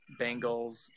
Bengals